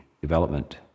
development